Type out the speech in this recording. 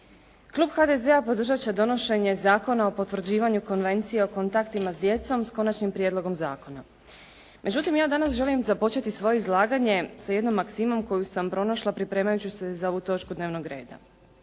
Klub HDZ-a podržati će donošenje Zakona o potvrđivanju Konvencije o kontaktima s djecom, s Konačnim prijedlogom zakona. Međutim ja danas želim započeti svoje izlaganje sa jednom maksimom koju sam pronašla pripremajući se za ovu točku dnevnog reda,